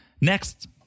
Next